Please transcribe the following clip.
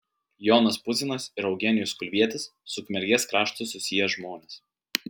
jonas puzinas ir eugenijus kulvietis su ukmergės kraštu susiję žmonės